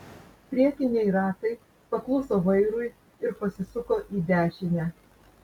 priekiniai ratai pakluso vairui ir pasisuko į dešinę